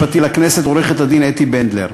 עורכת-הדין אתי בנדלר.